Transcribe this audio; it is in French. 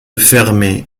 fermée